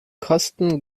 kosten